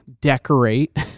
decorate